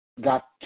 got